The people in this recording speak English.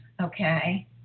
okay